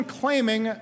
claiming